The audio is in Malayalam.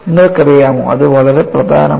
നിങ്ങൾക്കറിയാമോ അത് വളരെ പ്രധാനമാണ്